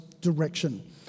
direction